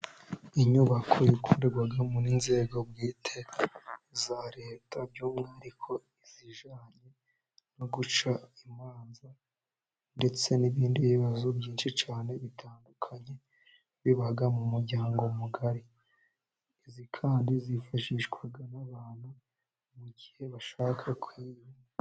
Inyubako ikorerwamo n'inzego bwite za leta, by'umwihariko izijyanye no guca imanza ndetse n'ibindi bibazo byinshi cyane bitandukanye biba mu muryango mugari, izi kandi zifashishwa n'abantu mu gihe bashaka kwiga.